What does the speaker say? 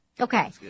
Okay